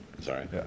sorry